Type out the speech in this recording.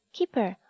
Keeper